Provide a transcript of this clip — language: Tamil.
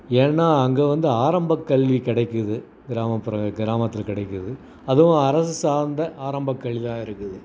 ஏன்னா அங்கே வந்து ஆரம்பக்கல்வி கிடைக்கிது கிராமப்புற கிராமத்தில் கிடைக்கிது அதுவும் அரசு சார்ந்த ஆரம்பக்கல்வியாக இருக்குது